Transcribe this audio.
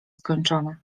skończone